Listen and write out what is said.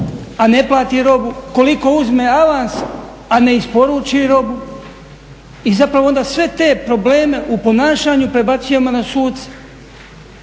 a ne plati robu, koliko uzme avans a ne isporuči robu. I zapravo onda sve te probleme u ponašanju prebacujemo na suce.